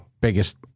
biggest